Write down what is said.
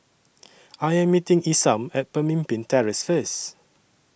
I Am meeting Isam At Pemimpin Terrace First